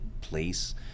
place